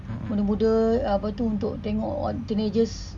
muda-muda apa tu untuk tengok teenagers